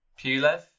Pulev